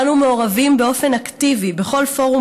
אנו מעורבים באופן אקטיבי בכל פורום